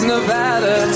Nevada